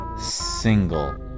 single